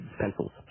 Pencils